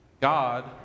God